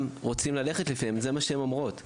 רוצים ללכת לפיהן זה מה שהן אומרות,